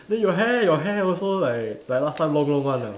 then your hair your hair also like like last time long long one ah